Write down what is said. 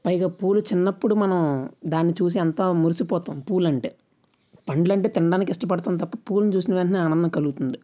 పైగా పూలు చిన్నప్పుడు మనం దాని చూసి ఎంతో మురిసిపోతాం పూలు అంటే పళ్ళు అంటే తినడానికి ఇష్టపడతాం తప్ప పూలను చూసిన వెంటనే ఆనందం కలుగుతుంది